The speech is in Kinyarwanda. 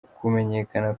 kumenyekana